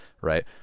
right